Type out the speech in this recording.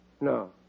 No